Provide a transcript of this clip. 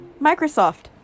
Microsoft